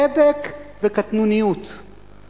צדק וקטנוניות.